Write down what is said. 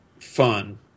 fun